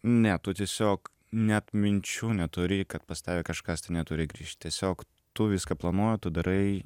ne tu tiesiog net minčių neturi kad pas tave kažkas tai neturi grįšt tiesiog tu viską planuoji tu darai